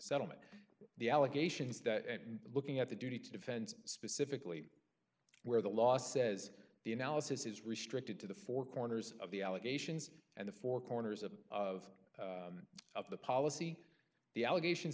settlement the allegations that and looking at the duty to defend specifically where the law says the analysis is restricted to the four corners of the allegations and the four corners of the of of the policy the allegations